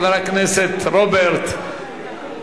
חבר הכנסת רוברט,